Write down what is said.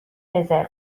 رزرو